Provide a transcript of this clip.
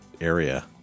area